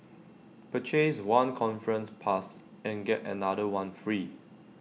purchase one conference pass and get another one free